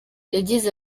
yagize